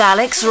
Alex